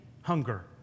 hunger